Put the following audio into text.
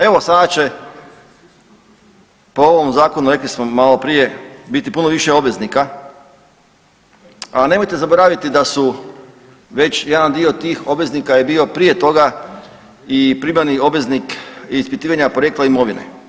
Evo sada će po ovom zakonu, rekli smo malo prije, biti puno više obveznika, a nemojte zaboraviti da su već jedan dio tih obveznika je bio prije toga i primarni obveznik ispitivanja porijekla imovine.